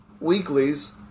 weeklies